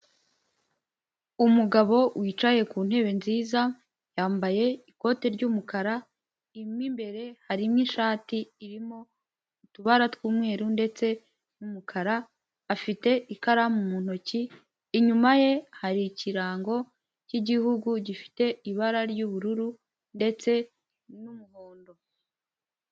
Umugabo wicaye ku ntebe nziza, yambaye ikote ry'umukara mo imbere harimo ishati irimo utubara tw'umweru ndetse n'umukara, afite ikaramu mu ntoki, inyuma ye hari ikirango cy'igihugu gifite ibara ry'ubururu ndetse n'umuhondo.